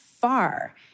far